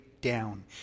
down